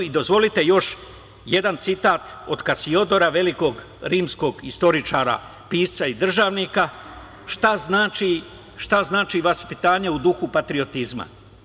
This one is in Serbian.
Dozvolite još jedan citat od Kasiodora, velikog rimskog istoričara, pisca i državnika šta znači vaspitanje u duhu patriotizma.